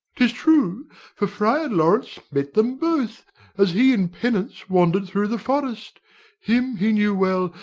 tis true for friar lawrence met them both as he in penance wander'd through the forest him he knew well,